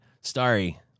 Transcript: Starry